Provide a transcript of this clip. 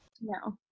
No